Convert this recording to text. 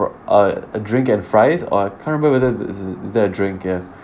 uh a drink and fries uh I can't remember is is there a drink ya